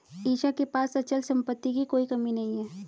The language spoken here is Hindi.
ईशा के पास अचल संपत्ति की कोई कमी नहीं है